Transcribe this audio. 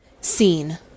Scene